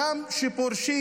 גם כשפורשים,